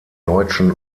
deutschen